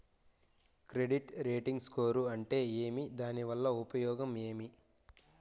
Credit rating score అంటే ఏమి దాని వల్ల ఉపయోగం ఏమి?